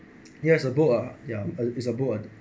ya is a book ah ya is a book ah